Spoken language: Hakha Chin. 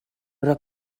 rak